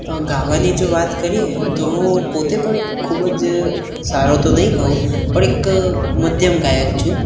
ગાવાની જો વાત કરીએ તો હું પોતે પણ એક ખૂબ જ સારો તો નહીં કહું પણ એક મધ્યમ ગાયક છું